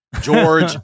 George